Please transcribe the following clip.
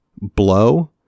blow